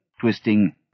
twisting